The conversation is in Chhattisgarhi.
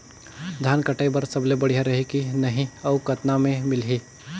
धान कटाई बर साथ बढ़िया रही की नहीं अउ कतना मे मिलही?